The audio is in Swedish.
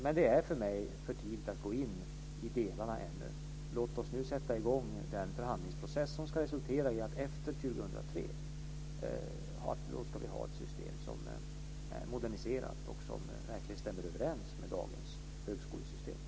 Men det är för mig för tidigt att gå in i delarna. Låt oss nu sätta i gång den förhandlingsprocess som ska resultera i att vi efter 2003 ska ha ett system som är moderniserat och som verkligen stämmer överens med dagens högskolesystem.